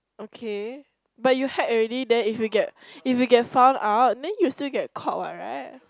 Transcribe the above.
okay but you had already then if you get if you get found out then you still get caught what right